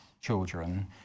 children